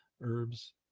herbs